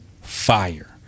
fire